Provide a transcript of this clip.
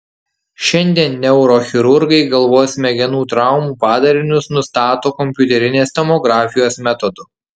šiandien neurochirurgai galvos smegenų traumų padarinius nustato kompiuterinės tomografijos metodu